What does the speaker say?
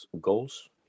goals